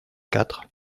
quatre